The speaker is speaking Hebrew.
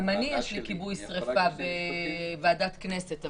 גם אני לוועדת הכנסת.